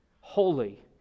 holy